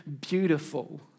beautiful